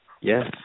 yes